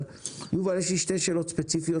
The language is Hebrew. יובל יש לי שתי שאלות ספציפיות,